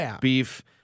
beef